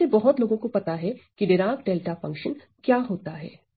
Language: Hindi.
हम में से बहुत लोगों को पता है की डिराक डेल्टा फंक्शन क्या होता है